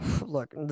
Look